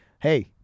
hey